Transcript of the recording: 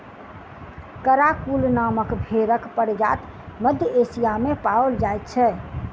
Karakul नामक भेंड़क प्रजाति मध्य एशिया मे पाओल जाइत छै